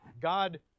God